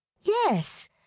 Yes